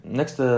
next